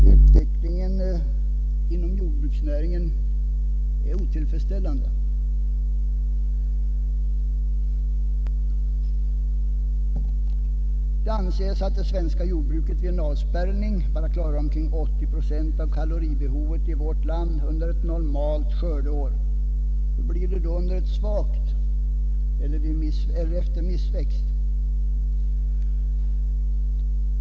Utvecklingen inom jordbruksnäringen är otillfredsställande. Det anses att det svenska jordbruket om det blev en avspärrning nu endast skulle klara omkring 80 procent av kaloribehovet i vårt land under ett normalt skördeår— alltså nätt och jämnt den självförsörjningsgrad vi minst skall hålla enligt de jordbrukspolitiska riktlinjer som gäller. Hur blir det då under ett dåligt skördeår eller efter missväxt?